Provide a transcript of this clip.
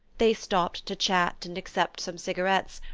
they stopped to chat and accept some cigarettes,